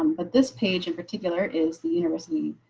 um but this page in particular is the university